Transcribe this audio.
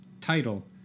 title